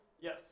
Yes